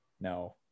No